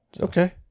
Okay